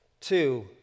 Two